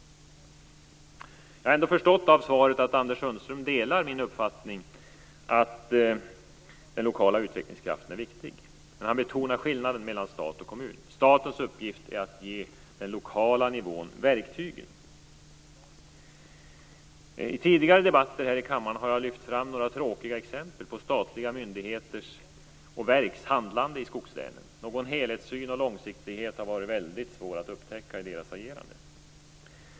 Jag har förstått av svaret att Anders Sundström delar min uppfattning att den lokala utvecklingskraften är viktig. Han betonar skillnaden mellan stat och kommun. Statens uppgift är att ge den lokala nivån verktyget. I tidigare debatter i kammaren har jag lyft fram några tråkiga exempel på statliga myndigheters och verks handlande i skogslänen. Någon helhetssyn och långsiktighet har varit svårt att upptäcka i deras agerande.